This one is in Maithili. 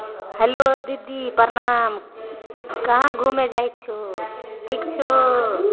हेलो दीदी प्रणाम कहाँ घुमै जाइ छहो ठीक छहो